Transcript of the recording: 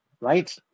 Right